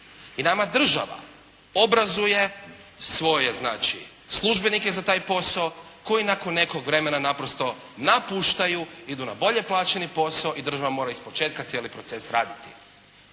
I nama država obrazuje svoje znači službenike za taj posao koji nakon nekog vremena naprosto napuštaju, idu na bolje plaćeni posao i država mora iz početka cijeli proces raditi.